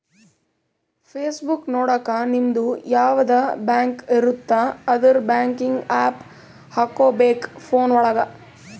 pass book ನೊಡಕ ನಿಮ್ಡು ಯಾವದ ಬ್ಯಾಂಕ್ ಇರುತ್ತ ಅದುರ್ ಬ್ಯಾಂಕಿಂಗ್ ಆಪ್ ಹಕೋಬೇಕ್ ಫೋನ್ ಒಳಗ